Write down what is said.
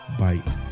bite